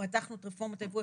פתחנו את רפורמת הייבוא.